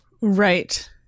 Right